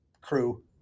crew